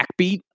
backbeat